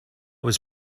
was